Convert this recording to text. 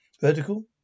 vertical